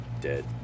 dead